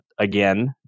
again